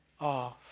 off